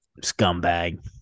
Scumbag